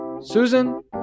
Susan